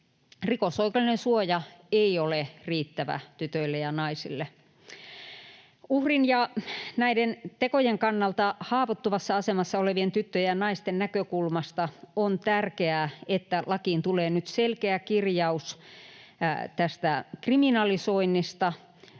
rikosoikeudellinen suoja ei ole riittävä tytöille ja naisille. Uhrin ja näiden tekojen kannalta haavoittuvassa asemassa olevien tyttöjen ja naisten näkökulmasta on tärkeää, että lakiin tulee nyt selkeä kirjaus tästä kriminalisoinnista.